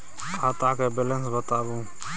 खाता के बैलेंस बताबू?